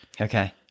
Okay